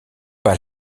pas